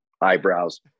eyebrows